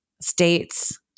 states